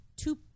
Two